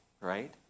right